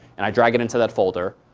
and i drag it into that folder,